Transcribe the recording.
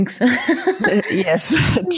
yes